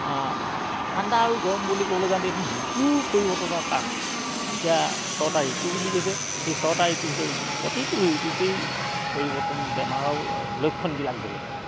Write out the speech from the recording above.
ঠাণ্ডা আৰু গৰম বুলি ক'বলৈ যাওঁতে ঋতুৰ পৰিৱৰ্তনৰ কাৰণে এতিয়া ছটা ঋতু বুলি কৈছে সেই ছটা ঋতুৰ ভিতৰত প্ৰতিটো ঋতুতেই পৰিৱৰ্তন বেমাৰৰ লক্ষণবিলাক বেলেগ বেলেগ